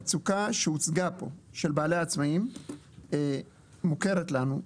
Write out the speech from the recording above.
המצוקה של בעלי העצמאים שהוצגה פה מוכרת לנו,